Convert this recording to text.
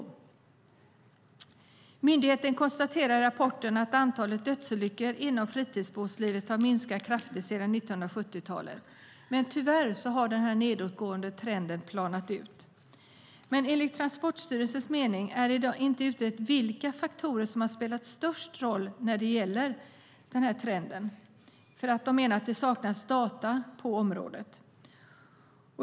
Transportstyrelsen konstaterar i rapporten att antalet dödsolyckor inom fritidsbåtslivet har minskat kraftigt sedan 1970-talet men att denna nedåtgående trend tyvärr har planat ut. Enligt myndigheten är det dock inte utrett vilka faktorer som har spelat störst roll när det gäller denna trend eftersom det saknas data på området.